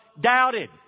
doubted